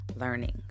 learning